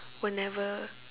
were never